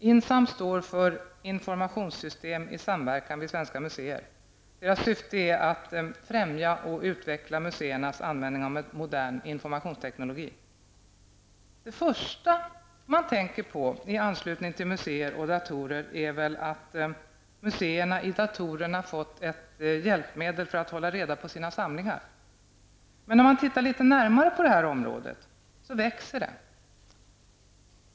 INSAM står för Informationssystem i samverkan vid svenska museer. Dess syfte är att främja och utveckla museernas användning av modern informationsteknologi. Det första man tänker på i anslutning till museer och datorer är väl att museerna i datorerna fått ett hjälpmedel för att hålla reda på sina samlingar. Men när man tittar litet närmare på det här området, så växer det.